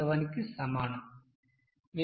4215047 కి సమానం